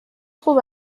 خوب